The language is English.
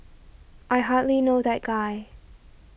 I hardly know that guy